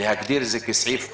להגדיר את זה כסעיף חיוניות.